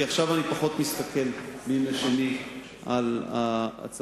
כי עכשיו אני פחות מסתכל בימי שני על ההצעות.